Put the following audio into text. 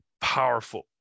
powerful